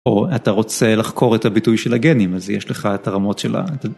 או אתה רוצה לחקור את הביטוי של הגנים, אז יש לך את הרמות של ה...